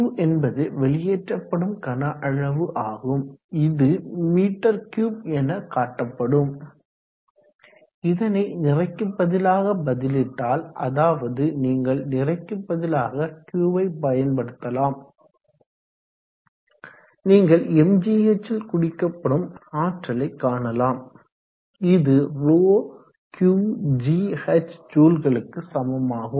Q என்பது வெளியேற்றப்படும் கனஅளவு ஆகும் இது m3எனக்காட்டப்படும் இதனை நிறைக்கு பதிலாக பதிலிட்டால் அதாவது நீங்கள் நிறைக்கு பதிலாக Q வை பயன்படுத்தலாம் நீங்கள் mgh ல் கொடுக்கப்படும் ஆற்றலை காணலாம் இது 𝜌Qgh ஜூல்களுக்கு சமமாகும்